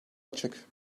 açık